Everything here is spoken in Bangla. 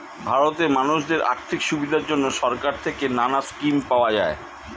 ভারতে মানুষদের আর্থিক সুবিধার জন্যে সরকার থেকে নানা স্কিম পাওয়া যায়